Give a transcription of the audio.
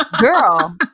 Girl